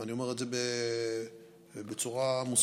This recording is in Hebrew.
ואני אומר את זה בצורה מוסמכת,